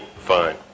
fine